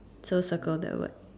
so circle that word